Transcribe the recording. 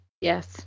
Yes